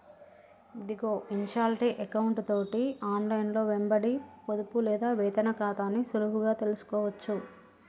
ఇదిగో ఇన్షాల్టీ ఎకౌంటు తోటి ఆన్లైన్లో వెంబడి పొదుపు లేదా వేతన ఖాతాని సులువుగా తెలుసుకోవచ్చు